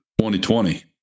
2020